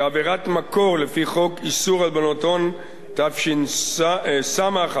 כעבירת מקור לפי חוק איסור הלבנת הון, התש"ס 2000,